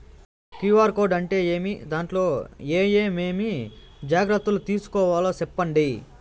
QR code అంటే ఏమి? దాంట్లో ఏ ఏమేమి జాగ్రత్తలు తీసుకోవాలో సెప్పండి?